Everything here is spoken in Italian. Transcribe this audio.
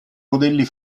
modelli